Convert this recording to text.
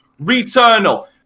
Returnal